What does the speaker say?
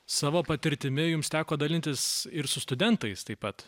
savo patirtimi jums teko dalintis ir su studentais taip pat